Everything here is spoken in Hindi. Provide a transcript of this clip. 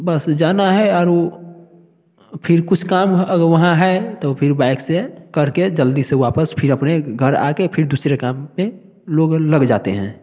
बस जाना है और वो फिर कुछ काम अगर वहाँ है तो फिर बाइक से करके जल्दी से वापस फिर अपने घर आ के फिर दूसरे काम में लोग लग जाते हैं